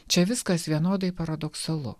čia viskas vienodai paradoksalu